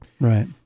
Right